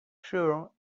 sure